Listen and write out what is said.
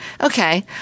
Okay